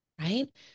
Right